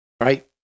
Right